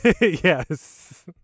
Yes